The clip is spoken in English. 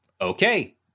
okay